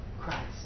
Christ